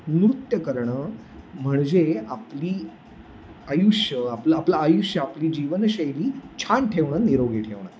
नृत्य करणं म्हणजे आपली आयुष्य आपलं आपलं आयुष्य आपली जीवनशैली छान ठेवणं निरोगी ठेवणं